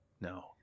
no